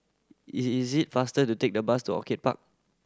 is is it faster to take the bus to Orchid Park